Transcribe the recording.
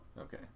Okay